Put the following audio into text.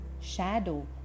shadow